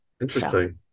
Interesting